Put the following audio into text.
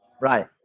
right